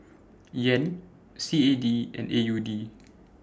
Yen C A D and A U D